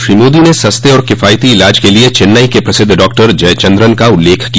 श्री मोदी ने सस्ते और किफायती इलाज के लिए चेन्नई के प्रसिद्ध डॉक्टर जयचन्द्रन का उल्लेख किया